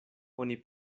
oni